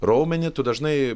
raumenį tu dažnai